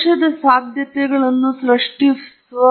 ಅನಿಲದ ಒಯ್ಯುವ ಸಾಮರ್ಥ್ಯವು ತೇವಾಂಶದಿಂದ ಹೋಗುತ್ತದೆ ಉಷ್ಣತೆಯೊಂದಿಗೆ ಹೋಗುತ್ತದೆ